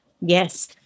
Yes